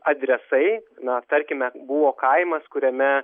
adresai na tarkime buvo kaimas kuriame